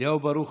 אליהו ברוכי,